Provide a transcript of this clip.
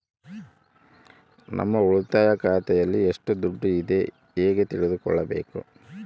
ನಮ್ಮ ಉಳಿತಾಯ ಖಾತೆಯಲ್ಲಿ ಎಷ್ಟು ದುಡ್ಡು ಇದೆ ಹೇಗೆ ತಿಳಿದುಕೊಳ್ಳಬೇಕು?